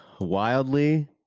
Wildly